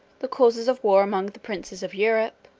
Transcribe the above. the causes of war among the princes of europe.